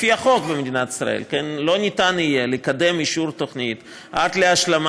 לפי החוק במדינת ישראל לא ניתן יהיה לקדם אישור תוכנית עד להשלמה